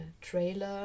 trailer